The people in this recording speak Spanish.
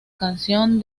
canción